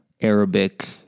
Arabic